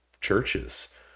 churches